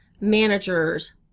Managers